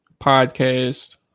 podcast